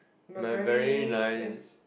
my very nice